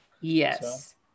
Yes